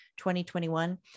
2021